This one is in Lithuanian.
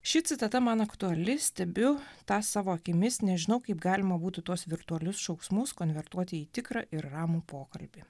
ši citata man aktuali stebiu tą savo akimis nežinau kaip galima būtų tuos virtualius šauksmus konvertuoti į tikrą ir ramų pokalbį